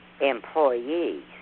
employees